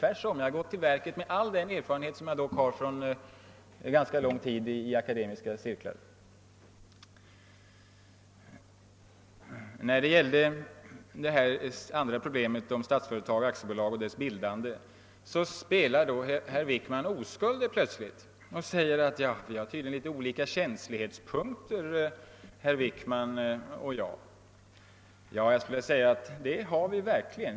Tvärtom har jag gått till verket med all den erfarenhet jag har från en ganska lång tid i akademiska kretsar. Vad sedan gäller Statsföretag AB och dess bildande spelar herr Wickman plötsligt oskuld och säger att han och jag tydligen har litet olika känslighetspunkter. Ja, det har vi verkligen!